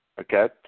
okay